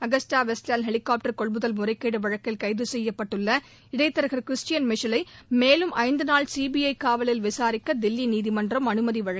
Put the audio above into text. Agusta Westland helicopter கொள்முதல் முறைகேடு வழக்கில் கைது செய்யப்பட்டள்ள இடைத்தரகா் கிறிஸ்டியன் மிஷேல் ஐ மேலும் ஐந்து நாள் சிபிஐ காவலில் விசாரிக்க தில்லி நீதிமன்றம் அனுமதி அளித்துள்ளது